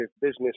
business